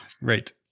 Right